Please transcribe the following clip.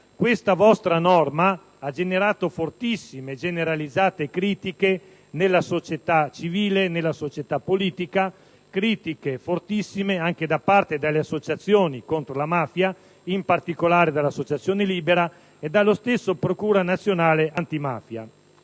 Questa vostra norma ha generato fortissime e generalizzate critiche nella società civile e politica e critiche fortissime anche dalle associazioni contro la mafia (in particolare dall'associazione "Libera") e dalla stessa procura nazionale antimafia.